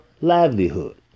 livelihood